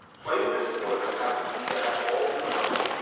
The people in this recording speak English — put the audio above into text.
plaintiffs lawyers have to do that all the time.